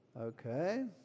Okay